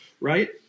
right